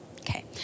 okay